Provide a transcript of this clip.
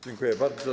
Dziękuję bardzo.